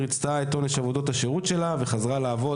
היא ריצתה את עונש עבודות השירות שלה וחזרה לעבוד,